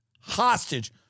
hostage